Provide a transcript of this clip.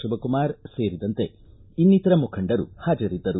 ಶಿವಕುಮಾರ್ ಸೇರಿದಂತೆ ಇನ್ನಿತರ ಮುಖಂಡರು ಹಾಜರಿದ್ದರು